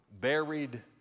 Buried